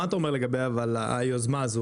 מה אתה אומר לגבי היוזמה הזאת?